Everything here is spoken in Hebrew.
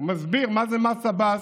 הוא מסביר מה זה מס עבאס.